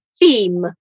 theme